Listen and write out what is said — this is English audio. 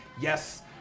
Yes